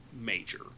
major